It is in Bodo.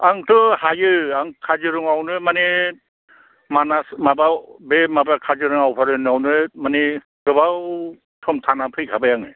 आंथ' हायो आं काजिरङायावनो माने मानास माबायाव बे माबा काजिरङा अभयारन्न'यावनो माने गोबाव सम थानानै फैखाबाय आङो